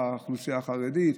האוכלוסייה החרדית,